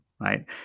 right